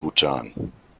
bhutan